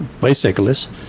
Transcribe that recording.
bicyclists